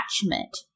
attachment